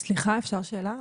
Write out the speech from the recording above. סליחה, אפשר שאלה?